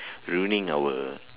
ruining our